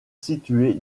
situés